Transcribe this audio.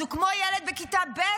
אז הוא כמו ילד בכיתה ב',